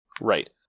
right